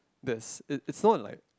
that's it's it's sort of like